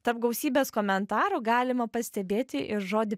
tarp gausybės komentarų galima pastebėti ir žodį